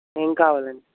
ఏం కావాలండి